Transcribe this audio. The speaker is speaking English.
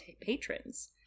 patrons